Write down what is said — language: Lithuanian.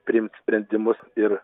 priimt sprendimus ir